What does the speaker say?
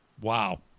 Wow